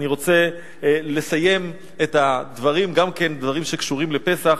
אני רוצה לסיים את הדברים בדברים שקשורים בפסח.